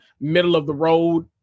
middle-of-the-road